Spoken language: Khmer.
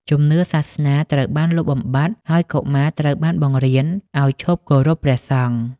ជំនឿសាសនាត្រូវបានលុបបំបាត់ ហើយកុមារត្រូវបានបង្រៀនឱ្យឈប់គោរពព្រះសង្ឃ។